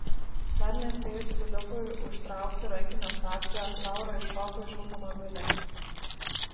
dar nespėjus filipui užtraukti rankinio stabdžio laura iššoko iš automobilio